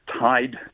tied